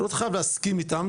אתה לא חייב להסכים איתם,